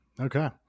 okay